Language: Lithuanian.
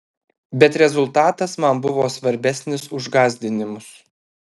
bet rezultatas man buvo svarbesnis už gąsdinimus